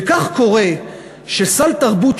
וכך קורה שסל תרבות,